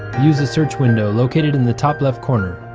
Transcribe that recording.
use the search window located in the top left corner.